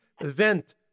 event